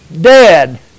dead